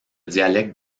dialecte